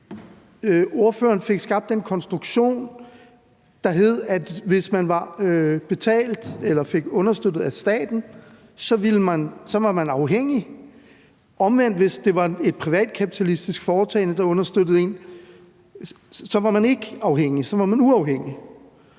Ordføreren fik skabt den konstruktion, at hvis man var betalt eller understøttet af staten, så var man afhængig. Hvis det omvendt var et privat kapitalistisk foretagende, der understøttede en, var man ikke afhængig; så var man uafhængig.